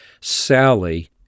Sally